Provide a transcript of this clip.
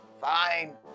Fine